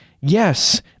Yes